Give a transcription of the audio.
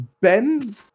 Ben